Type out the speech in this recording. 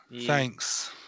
Thanks